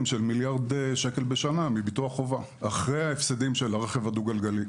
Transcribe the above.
של מיליארד שקל בשנה מביטוח חובה אחרי ההפסדים של הרכב הדו גלגלי.